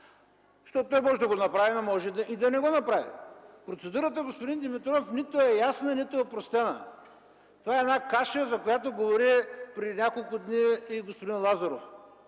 тях? Той може да го направи, но може и да не го направи. Процедурата, господин Димитров, нито е ясна, нито е опростена. Това е една каша, за която преди няколко дни говори и господин Лазаров.